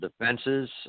defenses